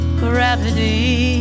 gravity